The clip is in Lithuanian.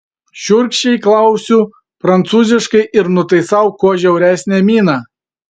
šiurkščiai klausiu prancūziškai ir nutaisau kuo žiauresnę miną